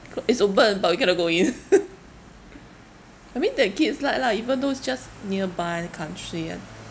is open but we cannot go in I mean the kids like lah even though is just nearby country and